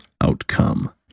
outcome